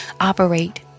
operate